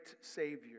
Savior